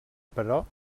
però